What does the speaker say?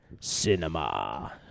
cinema